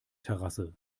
terrasse